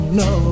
no